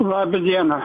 laba diena